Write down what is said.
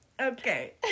Okay